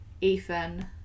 Ethan